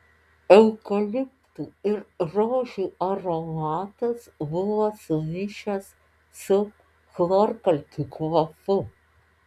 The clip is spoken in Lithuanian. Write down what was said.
eukaliptų ir rožių aromatas buvo sumišęs su chlorkalkių kvapu